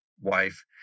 wife